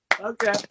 Okay